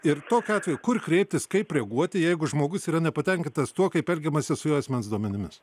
ir tokiu atveju kur kreiptis kaip reaguoti jeigu žmogus yra nepatenkintas tuo kaip elgiamasi su jo asmens duomenimis